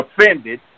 offended